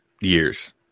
years